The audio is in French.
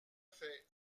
fait